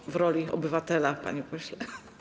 Pan w roli obywatela, panie pośle.